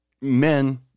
men